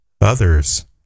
others